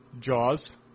Jaws